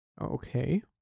Okay